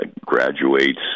graduates